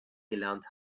gelernt